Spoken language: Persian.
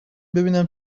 ببینم